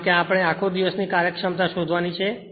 કારણ કે આપણે આખો દિવસ કાર્યક્ષમતા શોધવાની છે